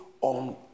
on